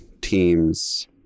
teams